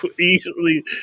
easily